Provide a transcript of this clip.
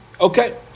Okay